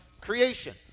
creation